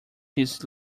his